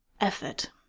effort